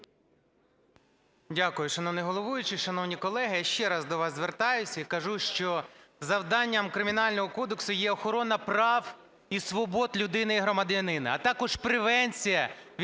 Дякую, шановний головуючий. Шановні колеги, ще раз до вас звертаюсь і кажу, що завданням Кримінального кодексу є охорона прав і свобод людини і громадянина, а також превенція від кримінальних